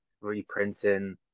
reprinting